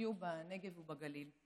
שיחיו בנגב ובגליל?